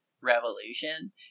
revolution